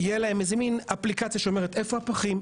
תהיה להם אפליקציה שאומרת איפה הפחים,